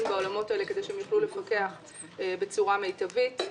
בעולמות האלה כדי שהם יוכלו לפקח בצורה מיטבית.